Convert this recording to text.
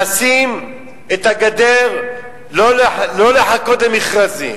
לשים את הגדר, לא לחכות למכרזים,